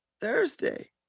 Thursday